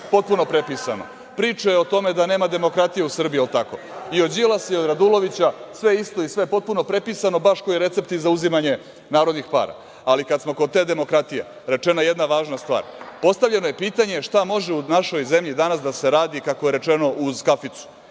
potpuno prepisano. Priče o tome da nema demokratije u Srbiji i od Đilasa i od Radulovića, sve isto i sve potpuno prepisano, baš kao i recepti za uzimanje narodnih para. Ali, kad smo kod te demokratije, rečena je jedna važna stvar. Postavljeno je pitanje – šta može u našoj zemlji danas da se radi, kako je rečeno, uz kaficu?